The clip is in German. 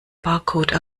barcode